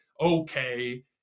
okay